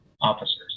officers